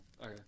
Okay